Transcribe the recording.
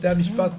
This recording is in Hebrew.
בתי המשפט,